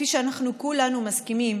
כפי שאנחנו כולנו מסכימים,